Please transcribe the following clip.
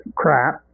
crap